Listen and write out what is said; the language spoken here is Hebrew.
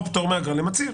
או פטור מאגרה למצהיר.